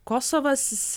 kosovas jis